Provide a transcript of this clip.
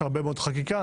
עם הרבה מאוד חקיקה,